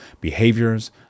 behaviors